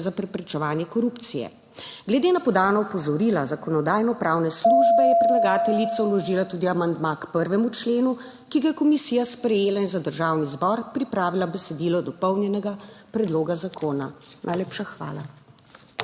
za preprečevanje korupcije. Glede na podana opozorila Zakonodajno-pravne službe je predlagateljica vložila tudi amandma k 1. členu, ki ga je komisija sprejela in za Državni zbor pripravila besedilo dopolnjenega predloga zakona. Najlepša hvala.